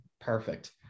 Perfect